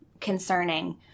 concerning